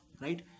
right